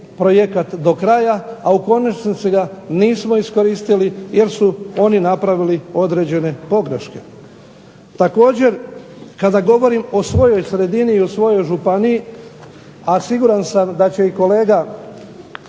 projekat do kraja, a u konačnici ga nismo iskoristili jer su oni napravili određene pogreške. Također, kada govorim o svojoj sredini i o svojoj županiji, a siguran sam da će i kolega